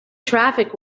traffic